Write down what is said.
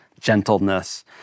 gentleness